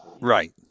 Right